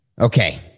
Okay